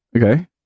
Okay